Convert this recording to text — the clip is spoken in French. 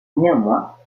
néanmoins